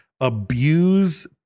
abuse